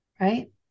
right